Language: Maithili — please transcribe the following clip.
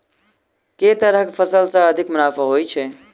केँ तरहक फसल सऽ अधिक मुनाफा होइ छै?